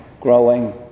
growing